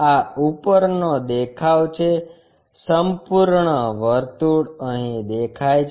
આ ઉપરનો દેખાવ છે સંપૂર્ણ વર્તુળ અહીં દેખાય છે